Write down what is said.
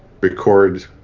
record